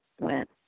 went